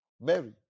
Mary